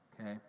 okay